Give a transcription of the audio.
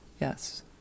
Yes